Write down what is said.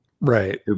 Right